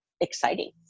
exciting